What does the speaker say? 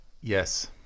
Yes